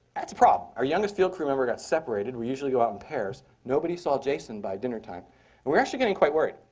that's a problem. our youngest field crew member got separated. we usually go out in pairs. nobody saw jason by dinnertime. and we were actually getting quite worries.